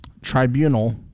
tribunal